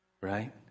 Right